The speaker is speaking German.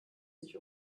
sich